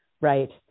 right